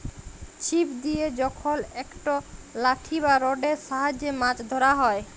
ছিপ দিয়ে যখল একট লাঠি বা রডের সাহায্যে মাছ ধ্যরা হ্যয়